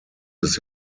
des